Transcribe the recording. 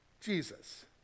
Jesus